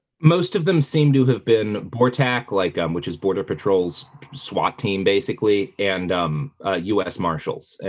most of them seem to have been bortak like, um, which is border patrol's swat team basically and um, ah us marshals, ah,